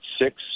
six